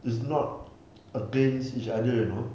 is not against each other you know